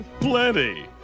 Plenty